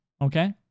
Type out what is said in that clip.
Okay